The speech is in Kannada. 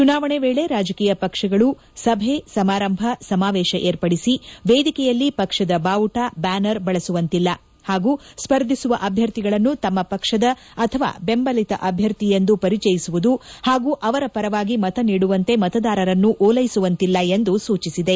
ಚುನಾವಣೆ ವೇಳೆ ರಾಜಕೀಯ ಪಕ್ಷಗಳು ಸಭೆ ಸಮಾರಂಭ ಸಮಾವೇಶ ವಿರ್ಷಡಿಸಿ ವೇದಿಕೆಯಲ್ಲಿ ಪಕ್ಷದ ಬಾವುಟ ಬ್ಡಾನರ್ ಬಳಸುವಂತಿಲ್ಲ ಪಾಗೂ ಸ್ಪರ್ಧಿಸುವ ಅಭ್ಯರ್ಥಿಗಳನ್ನು ಶಮ್ಮ ಪಕ್ಷದ ಅಥವಾ ಬೆಂಬಲಿತ ಅಭ್ಯರ್ಥಿ ಎಂದು ಪರಿಚಯಿಸುವುದು ಹಾಗೂ ಅವರ ಪರವಾಗಿ ಮತ ನೀಡುವಂತೆ ಮತದಾರರನ್ನು ಓಲೈಸುವಂತಿಲ್ಲ ಎಂದು ಸೂಚಿಸಿದೆ